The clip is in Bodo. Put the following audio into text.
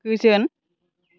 गोजोन